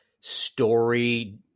story –